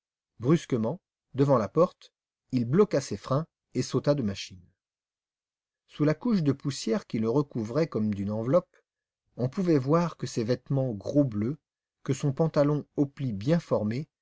brusquement devant la porte il bloqua ses freins et sauta de machine sous la couche de poussière qui le recouvrait comme d'une enveloppe on pouvait voir que ses vêtements gros bleu que son pantalon au pli bien formé